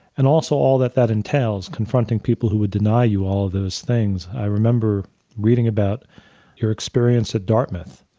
and also, all that that entails confronting people who would deny you all of those things. i remember reading about your experience at dartmouth,